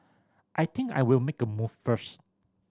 I think I'll make a move first